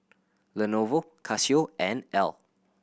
Lenovo Casio and Elle